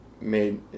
made